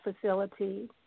facility